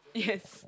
yes